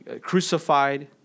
crucified